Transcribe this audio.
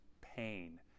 pain